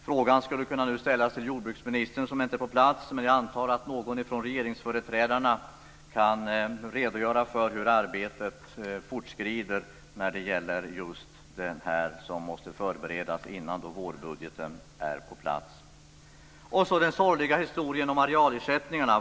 Frågan skulle kunna ställas till jordbruksministern, som dock inte längre är på plats. Men jag antar att någon från regeringsföreträdarna kan redogöra för hur arbetet fortskrider när det gäller just detta som måste förberedas innan vårbudgeten är på plats. Jag går så över till den sorgliga historien om arealersättningarna.